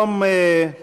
ביום